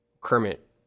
Kermit